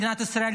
מדינת ישראל,